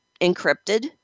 encrypted